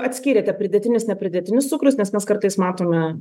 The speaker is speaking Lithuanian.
atskyrėte pridėtinis ne pridėtinis cukrus nes mes kartais matome